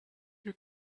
your